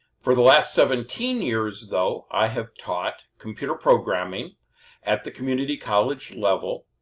for the last seventeen years though, i have taught computer programming at the community college level,